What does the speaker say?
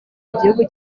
igihugu